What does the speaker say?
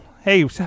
Hey